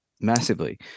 massively